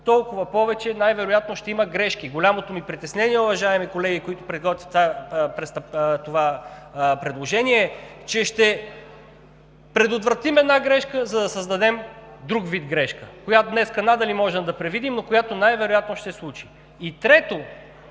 толкова повече най-вероятно ще има грешки. Голямото ми притеснение, уважаеми колеги, които предлагате това предложение, е, че ще предотвратим една грешка, за да създадем друг вид грешка, която днес надали можем да предвидим, но която най-вероятно ще се случи. И трето,